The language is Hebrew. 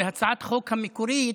בהצעת החוק המקורית,